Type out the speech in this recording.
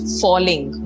falling